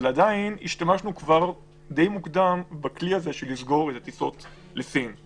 אבל עדיין השתמשנו די מוקדם בכלי של סגירת הטיסות לסין.